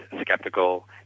skeptical